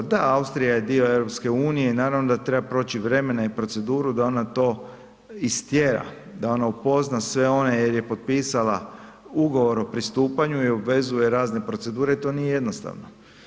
Da, Austrija je dio EU i naravno da treba proći vremena i proceduru da ona to istjera, da ona upozna sve one, jer je potpisala ugovor o pristupanju i obvezuju se razne procedure i to nije jednostavno.